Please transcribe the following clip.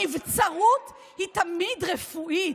נבצרות היא תמיד רפואית,